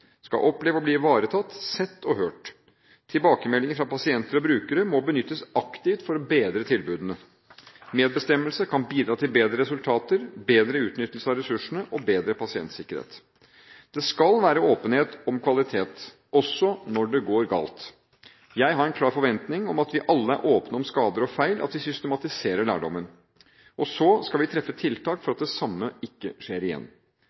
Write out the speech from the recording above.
skal være åpenhet om kvalitet – også når det går galt. Jeg har en klar forventning til at vi alle er åpne om skader og feil, og at vi systematiserer lærdommen. Så skal vi treffe tiltak for at det samme ikke skal skje igjen.